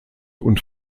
und